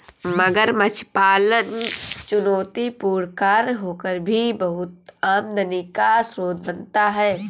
मगरमच्छ पालन चुनौतीपूर्ण कार्य होकर भी बहुत आमदनी का स्रोत बनता है